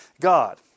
God